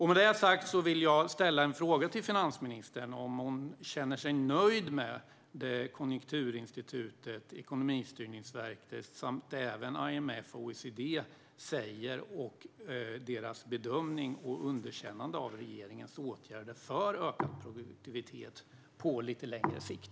Med detta sagt vill jag ställa en fråga till finansministern: Känner hon sig nöjd med det som Konjunkturinstitutet, Ekonomistyrningsverket och även IMF och OECD säger och deras bedömning och underkännande av regeringens åtgärder för ökad produktivitet på lite längre sikt?